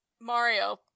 Mario